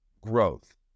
growth